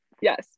Yes